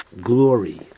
glory